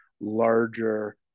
larger